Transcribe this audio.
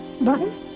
Button